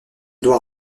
doit